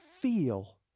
feel